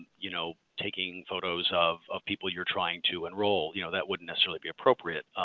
you know taking photos of of people you are trying to enroll. you know that wouldn't necessarily be appropriate.